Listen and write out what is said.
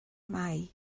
mai